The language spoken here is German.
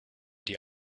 die